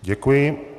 Děkuji.